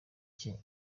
cye